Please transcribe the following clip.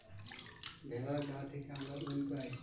ভেড়ার গা থেকে আমরা উল পাই